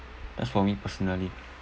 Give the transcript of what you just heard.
that's for me personally